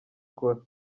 ikora